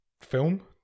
film